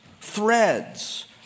threads